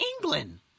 England